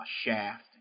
Shaft